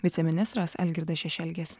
viceministras algirdas šešelgis